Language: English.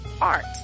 art